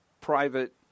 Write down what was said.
private